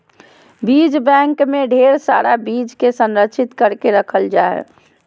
बीज बैंक मे ढेर सारा बीज के संरक्षित करके रखल जा हय